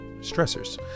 stressors